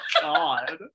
god